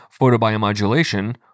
photobiomodulation